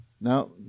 Now